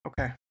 Okay